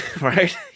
Right